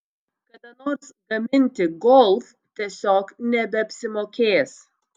kada nors gaminti golf tiesiog nebeapsimokės